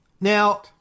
Now